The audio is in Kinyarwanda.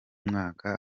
mwaka